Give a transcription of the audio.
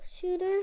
shooter